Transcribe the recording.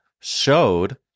showed